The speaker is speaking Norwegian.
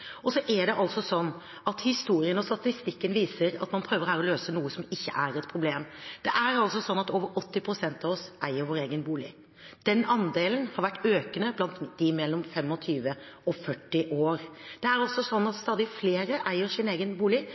Så er det slik at historien og statistikken viser at man her prøver å løse noe som ikke er et problem. 80 pst. av oss eier vår egen bolig. Den andelen har vært økende blant dem mellom 25 og 40 år. Stadig flere eier sin egen bolig.